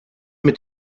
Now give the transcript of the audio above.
mit